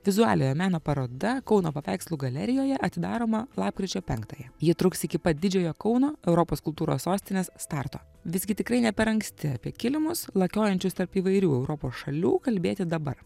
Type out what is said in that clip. vizualiojo meno paroda kauno paveikslų galerijoje atidaroma lapkričio penktąją ji truks iki pat didžiojo kauno europos kultūros sostinės starto visgi tikrai ne per anksti apie kilimus lakiojančius tarp įvairių europos šalių kalbėti dabar